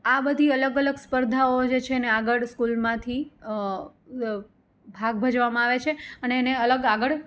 આ બધી અલગ અલગ સ્પર્ધાઓ જે છેને આગળ સ્કૂલમાંથી ભાગ ભજવવામાં આવે છે અને એને અલગ આગળ